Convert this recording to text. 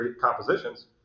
compositions